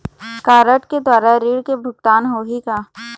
Card के द्वारा ऋण के भुगतान होही का?